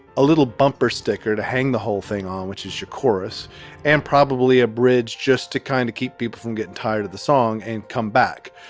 a little bumper sticker to hang the whole thing on, which is the chorus and probably a bridge just to kind of keep people from getting tired of the song and come back.